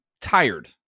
tired